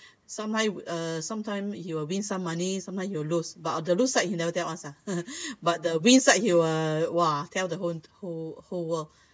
sometimes uh sometimes he will win some money sometimes he will lose but on the lose side he never tell us ah but the win side he will !wah! tell the whole whole whole world